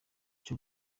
cyo